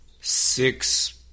six